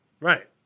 Right